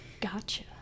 Gotcha